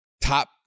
top